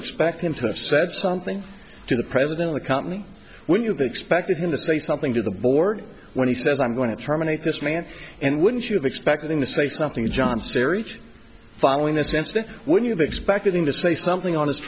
expect him to have said something to the president of the company when you've expected him to say something to the board when he says i'm going to terminate this man and wouldn't you have expected him to say something to john syrie following this incident when you have expected him to say something on his